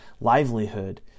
livelihood